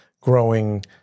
growing